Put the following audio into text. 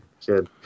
kid